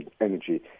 energy